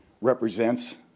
represents